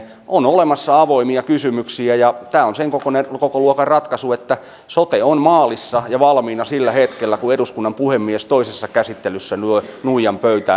on olemassa avoimia kysymyksiä ja tämä on sen kokoluokan ratkaisu että sote on maalissa ja valmiina sillä hetkellä kun eduskunnan puhemies toisessa käsittelyssä lyö nuijan pöytään